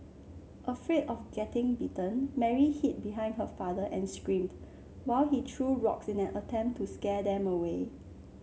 afraid of getting bitten Mary hid behind her father and screamed while he threw rocks in an attempt to scare them away